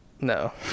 No